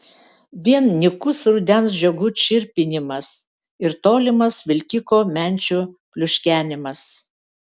vien nykus rudens žiogų čirpinimas ir tolimas vilkiko menčių pliuškenimas